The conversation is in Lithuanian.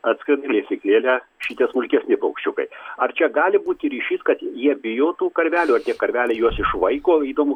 atskrenda į lesyklėlę šitie smulkesni paukščiukai ar čia gali būti ryšys kad jie bijo tų karvelių ar tie karveliai juos išvaiko įdomu